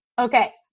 okay